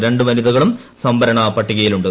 ് രീണ്ട് വനിതകളും സംവരണ പട്ടികയിലുണ്ട്